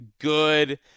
good